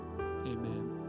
amen